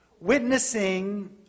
witnessing